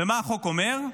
ומה החוק אומר?